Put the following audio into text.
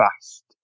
fast